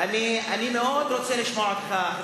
אני מאוד רוצה לשמוע אותך,